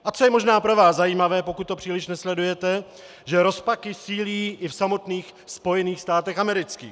A co je možná pro vás zajímavé, pokud to příliš nesledujete, že rozpaky sílí i v samotných Spojených státech amerických.